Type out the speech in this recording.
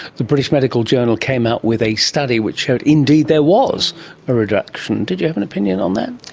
the british medical journal came out with a study which showed indeed there was a reduction. did you have an opinion on that?